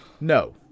No